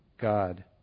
God